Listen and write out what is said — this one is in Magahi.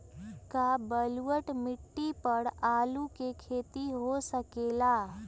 का बलूअट मिट्टी पर आलू के खेती हो सकेला?